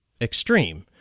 extreme